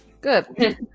Good